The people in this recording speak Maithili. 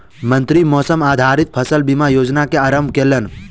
मंत्री मौसम आधारित फसल बीमा योजना के आरम्भ केलैन